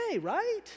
right